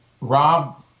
Rob